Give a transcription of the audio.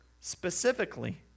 specifically